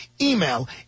email